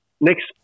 next